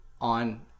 on